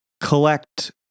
collect